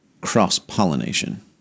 cross-pollination